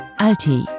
ALTI –